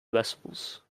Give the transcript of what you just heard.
vessels